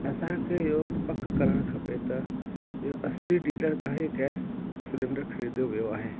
असांखे इहो पकु करणु खपे त इहो असली डीलर खां ई गैस सिलेंडर ख़रीदो वियो आहे